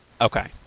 Okay